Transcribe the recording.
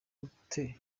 gute